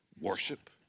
worship